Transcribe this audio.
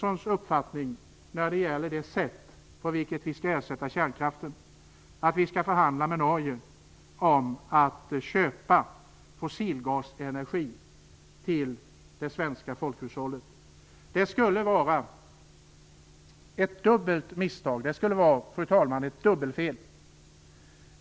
att vi skall förhandla med Norge om att köpa fossilgasenergi till det svenska folkhushållet? Det skulle vara ett dubbelfel, fru talman.